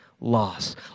loss